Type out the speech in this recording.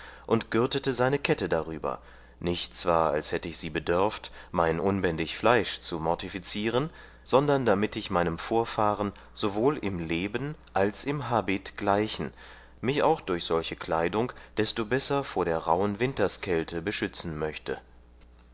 und gürtete seine kette darüber nicht zwar als hätte ich sie bedörft mein unbändig fleisch zu mortifizieren sondern damit ich meinem vorfahren sowohl im leben als im habit gleichen mich auch durch solche kleidung desto besser vor der rauhen winterskälte beschützen möchte